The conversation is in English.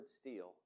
steel